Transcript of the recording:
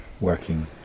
working